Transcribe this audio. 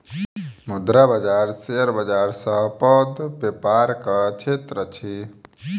मुद्रा बाजार शेयर बाजार सॅ पैघ व्यापारक क्षेत्र अछि